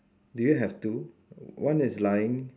do you have two one is lying